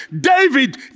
David